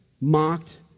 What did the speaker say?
mocked